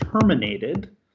terminated